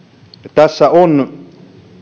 tässä on